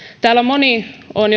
täällä moni on